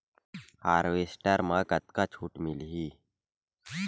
Harvester म कतका छूट मिलही?